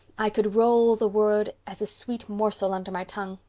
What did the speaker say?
i could roll the word as a sweet morsel under my tongue.